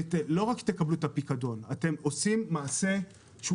ולא רק תקבלו את הפיקדון אתם עושים מעשה שהוא